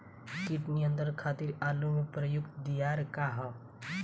कीट नियंत्रण खातिर आलू में प्रयुक्त दियार का ह?